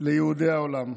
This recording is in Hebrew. ליהודי העולם.